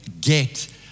get